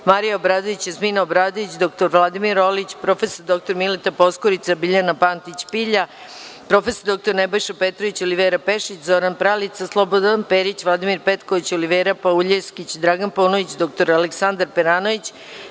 Marija Obradović, Jasmina Obradović, dr Vladimir Orlić, prof. dr Mileta Poskurica, Biljana Pantić Pilja, prof. dr Nebojša Petrović, Olivera Pešić, Zoran Pralica, Slobodan Perić, Vladimir Petković, Olivera Pauljeskić, Dragan Paunović, dr Aleksandar Peranović,